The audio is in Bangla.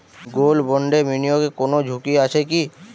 গোল্ড বন্ডে বিনিয়োগে কোন ঝুঁকি আছে কি?